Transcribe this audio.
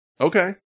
Okay